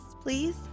please